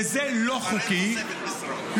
וזה לא חוקי --- צריך תוספת משרות.